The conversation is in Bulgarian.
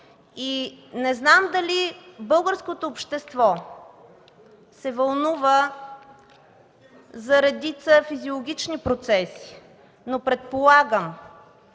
Не знам дали българското общество се вълнува за редица физиологични процеси, но предполагам,